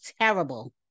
terrible